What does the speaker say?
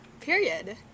Period